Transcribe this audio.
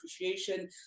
appreciation